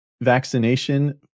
vaccination